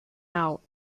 out